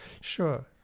Sure